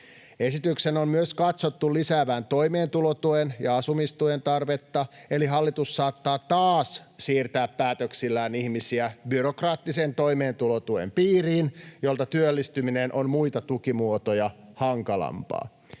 Esityksen on myös katsottu lisäävän toimeentulotuen ja asumistuen tarvetta. Eli hallitus saattaa taas siirtää päätöksillään ihmisiä byrokraattisen toimeentulotuen piiriin, jolta työllistyminen on muita tukimuotoja hankalampaa.